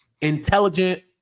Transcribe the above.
intelligent